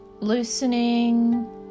loosening